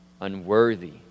unworthy